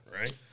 right